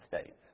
States